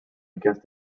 against